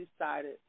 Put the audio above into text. decided